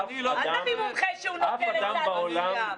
אל תביא מומחה שהוא נוטה לצד מסוים.